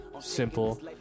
Simple